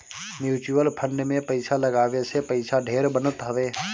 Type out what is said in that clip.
mutual fund में पईसा लगावे से पईसा ढेर बनत हवे